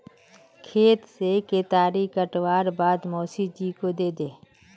खेत से केतारी काटवार बाद मोसी जी को दे दे